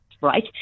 right